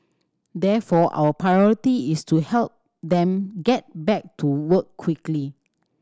therefore our priority is to help them get back to work quickly